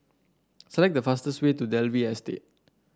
select the fastest way to Dalvey Estate